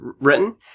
written